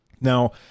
Now